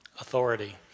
Authority